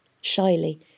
shyly